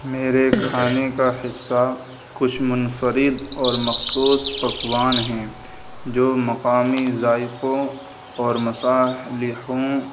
میرے کھانے کا حصہ کچھ منفرد اور مخصوص پکوان ہیں جو مقامی ذائقوں اور مصالحوں